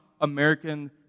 American